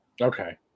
Okay